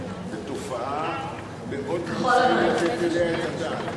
זאת תופעה מאוד, וצריכים לתת עליה את הדעת.